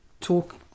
talk